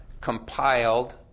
compiled